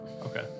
Okay